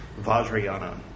Vajrayana